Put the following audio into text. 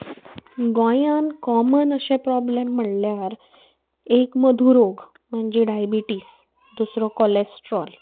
गोंयांत कॉमन अशें प्रोब्लेम म्हणल्यार एक मधुरोग म्हणजे डायबिटीस दुसरो कॉलेस्ट्रॉल